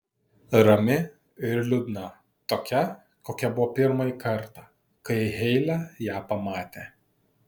rami ir liūdna tokia kokia buvo pirmąjį kartą kai heile ją pamatė